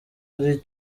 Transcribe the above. ari